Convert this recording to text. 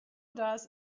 does